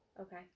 Okay